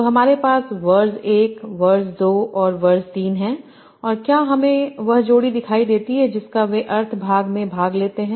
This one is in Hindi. तो हमारे पासवर्ज एकवर्ज दोऔरवर्ज तीन हैं और क्या हमें वह जोड़ी दिखाई देती है जिसका वे अर्थ भाग में भाग लेते हैं